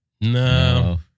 No